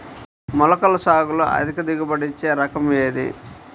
మొలకల సాగులో అధిక దిగుబడి ఇచ్చే రకం ఏది?